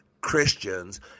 Christians